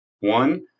one